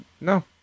no